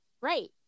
Right